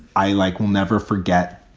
i like will never forget,